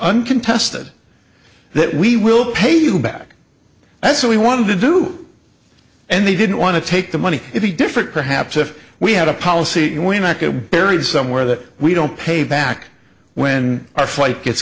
uncontested that we will pay you back as we wanted to do and they didn't want to take the money if a different perhaps if we had a policy when i get buried somewhere that we don't pay back when our flight gets